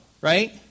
right